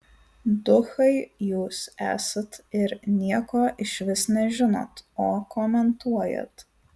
duchai jūs esat ir nieko išvis nežinot o komentuojat